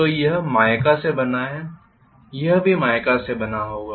तो यह माइका से बना है यह भी माइका से बना होगा